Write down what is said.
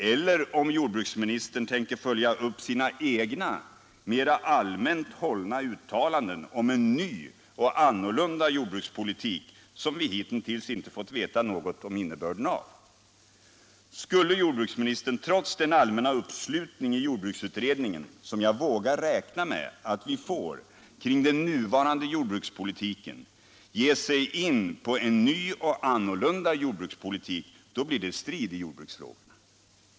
Men jordbruksministern tänker kanske följa upp sina egna mera allmänt hållna uttalanden om en ny och annan jordbrukspolitik, som vi hitintills inte fått veta något om. Skulle jordbruksministern, trots den uppslutning i jordbruksutredningen som jag vågar räkna med att vi får kring den nuvarande jordbrukspolitiken, ge sig in på en ny och annan jordbrukspolitik, blir det strid i jordbruksfrågorna.